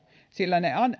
sillä